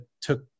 took